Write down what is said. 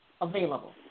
available